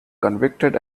convicted